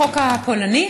זה התחיל עם החוק הפולני,